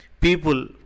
people